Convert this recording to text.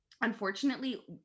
unfortunately